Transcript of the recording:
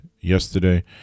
yesterday